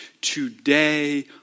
today